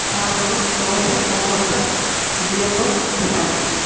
palappam dosa parotta idiyappam ചപ്പാത്തി